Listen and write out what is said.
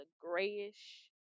grayish